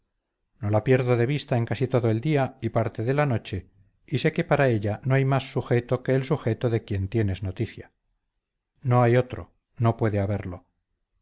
no la pierdo de vista en casi todo el día y parte de la noche y sé que para ella no hay más sujeto que el sujeto de quien tienes noticia no hay otro no puede haberlo